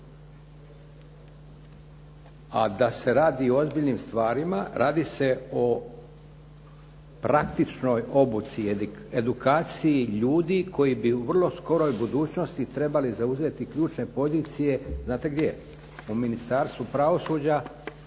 A da se radi o ozbiljnim stvarima radi se o praktičnoj obuci, edukaciji ljudi koji bi u vrlo skoroj budućnosti trebali zauzeti ključne pozicije, znate gdje? U Ministarstvu pravosuđa,